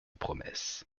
promesse